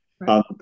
Right